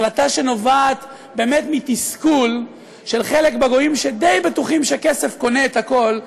החלטה שנובעת באמת מתסכול של חלק בגויים שדי בטוחים שכסף קונה את הכול,